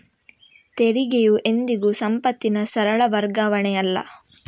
ತೆರಿಗೆಯು ಎಂದಿಗೂ ಸಂಪತ್ತಿನ ಸರಳ ವರ್ಗಾವಣೆಯಲ್ಲ